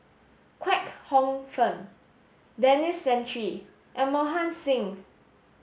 Kwek Hong Png Denis Santry and Mohan Singh